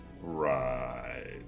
Right